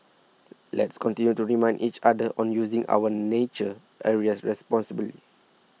let's continue to remind each other on using our nature areas responsibly